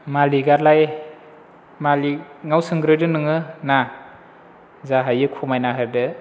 मालिकआलाय मालिकनाव सोंग्रोदो नोङो ना जा हायो खमायना होदो